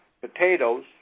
potatoes